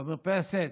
לא מרפסת,